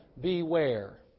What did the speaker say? beware